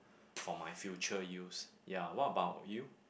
for my future use ya what about you